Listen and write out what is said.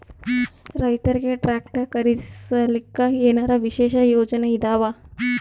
ರೈತರಿಗೆ ಟ್ರಾಕ್ಟರ್ ಖರೀದಿಸಲಿಕ್ಕ ಏನರ ವಿಶೇಷ ಯೋಜನೆ ಇದಾವ?